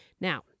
Now